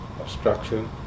obstruction